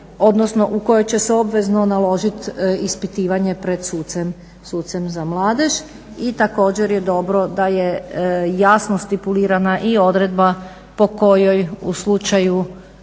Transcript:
odnosno u kojoj će se obvezno naložiti ispitivanje pred sucem za mladež. I također je dobro da je jasno stipulirana i odredba po kojoj u slučaju